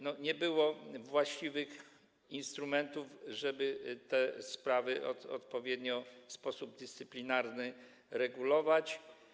Nie było właściwych instrumentów, żeby te sprawy odpowiednio, w sposób dyscyplinarny regulować.